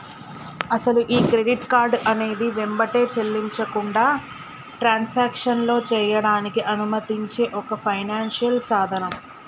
అసలు ఈ credit card అనేది వెంబటే చెల్లించకుండా ట్రాన్సాక్షన్లో చేయడానికి అనుమతించే ఒక ఫైనాన్షియల్ సాధనం